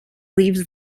leaves